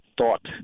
thought